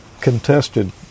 contested